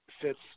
fits